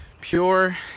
pure